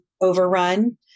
overrun